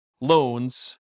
loans